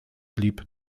blieb